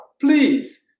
Please